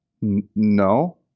No